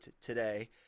today